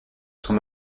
son